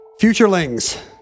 futurelings